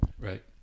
right